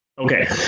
Okay